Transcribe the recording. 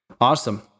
awesome